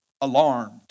alarmed